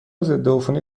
ضدعفونی